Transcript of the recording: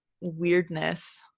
weirdness